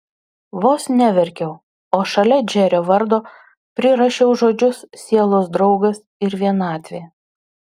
vos neverkiau o šalia džerio vardo prirašiau žodžius sielos draugas ir vienatvė